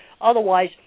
Otherwise